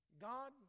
God